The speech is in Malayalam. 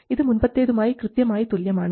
ഇത് മുൻപത്തേതുമായി കൃത്യമായി തുല്യമാണ്